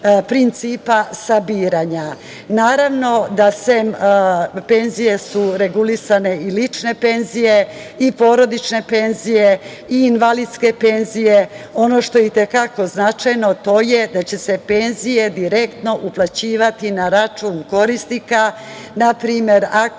principa sabiranja. Naravno da su regulisane i lične penzije i porodične penzije i invalidske penzije. Ono što je i te kako značajno to je da će se penzije direktno uplaćivati na račun korisnika na primer ako